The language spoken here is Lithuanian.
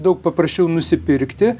daug paprasčiau nusipirkti